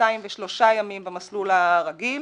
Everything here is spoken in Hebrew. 203 ימים במסלול הרגיל.